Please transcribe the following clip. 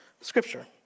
scripture